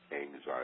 anxiety